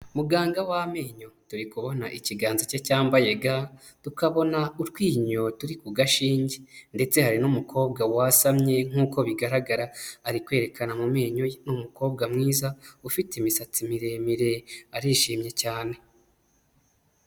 Muganga w'amenyo, turi kubona ikiganza cye cyambaye ga, tukabona utwinyo turi ku gashinge ndetse hari n'umukobwa wasamye nk'uko bigaragara, ari kwerekana mu menyo ye, ni umukobwa mwiza ufite imisatsi miremire, arishimye cyane.